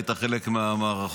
היית חלק מהמערכות.